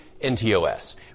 NTOS